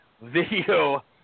video